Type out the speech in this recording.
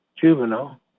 juvenile